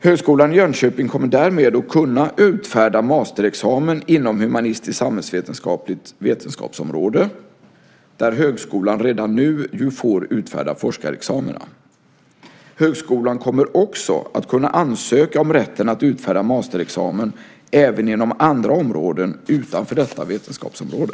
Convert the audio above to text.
Högskolan i Jönköping kommer därmed att kunna utfärda masterexamen inom humanistisk-samhällsvetenskapligt vetenskapsområde där högskolan nu får utfärda forskarexamina. Högskolan kommer också att kunna ansöka om rätten att utfärda masterexamen även inom andra områden utanför detta vetenskapsområde.